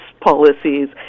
policies